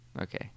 Okay